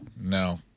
No